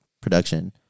production